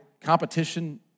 competition